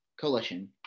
coalition